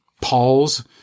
Paul's